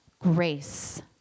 grace